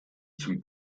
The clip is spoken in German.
zum